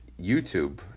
YouTube